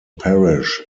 parish